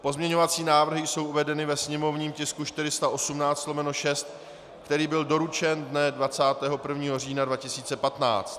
Pozměňovací návrhy jsou uvedeny ve sněmovním tisku 418/6, který byl doručen dne 21. října 2015.